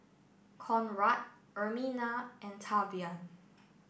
Conrad Ermina and Tavian